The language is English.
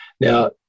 now